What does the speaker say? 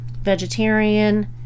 vegetarian